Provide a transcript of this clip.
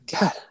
God